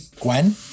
Gwen